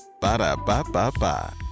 Ba-da-ba-ba-ba